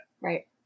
Right